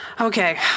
Okay